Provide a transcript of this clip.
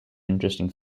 interesting